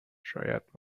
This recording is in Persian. شاید